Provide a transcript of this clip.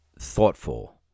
thoughtful